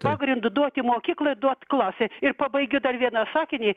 pagrindu duoti mokyklai duot klasei ir pabaigiu dar vieną sakinį